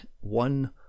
one